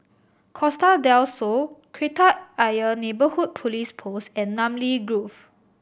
Costa Del Sol Kreta Ayer Neighbourhood Police Post and Namly Grove